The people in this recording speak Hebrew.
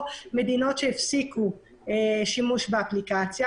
או מדינות שהפסיקו שימוש באפליקציה.